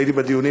הייתי בדיונים,